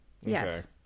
Yes